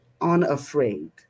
unafraid